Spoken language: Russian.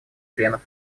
членов